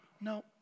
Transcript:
No